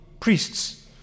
priests